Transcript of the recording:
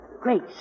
Great